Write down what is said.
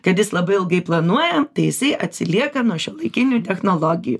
kad jis labai ilgai planuoja tai jisai atsilieka nuo šiuolaikinių technologijų